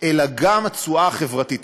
אלא גם התשואה החברתית,